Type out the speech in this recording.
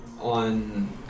on